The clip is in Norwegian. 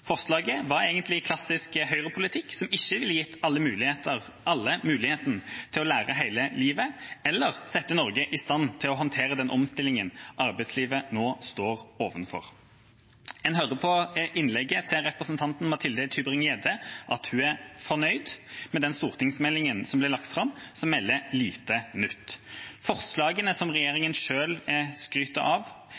Forslaget var egentlig klassisk høyrepolitikk som ikke ville gitt alle muligheten til å lære hele livet eller satt Norge i stand til å håndtere den omstillingen arbeidslivet nå står overfor. En hører på innlegget til representanten Mathilde Tybring-Gjedde at hun er fornøyd med den stortingsmeldinga som ble lagt fram, som melder lite nytt. Forslagene som